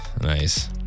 Nice